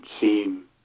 seem